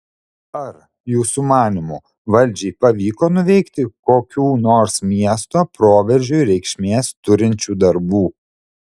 ar jūsų manymu valdžiai pavyko nuveikti kokių nors miesto proveržiui reikšmės turinčių darbų